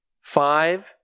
Five